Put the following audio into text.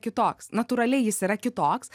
kitoks natūraliai jis yra kitoks